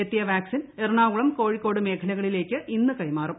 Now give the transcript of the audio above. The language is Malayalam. എത്തിയ വാക്സിൻ എറണാകുളം കോഴിക്കോട് മേഖലകളിലേക്ക് ഇന്ന് കൈമാറും